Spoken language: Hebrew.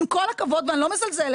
עם כל הכבוד ואני לא מזלזלת,